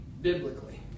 biblically